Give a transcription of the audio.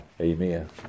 Amen